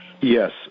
Yes